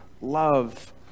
love